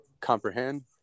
comprehend